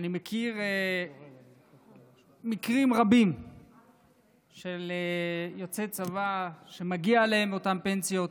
אני מכיר מקרים רבים של יוצאי צבא שמגיעות להם אותן פנסיות.